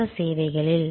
மற்ற சேவைகளில்